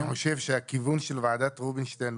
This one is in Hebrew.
הגם שאני חושב שהכיוון של ועדת רובינשטיין